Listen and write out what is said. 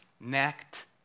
necked